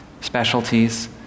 specialties